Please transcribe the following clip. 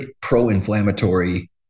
pro-inflammatory